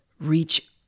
reach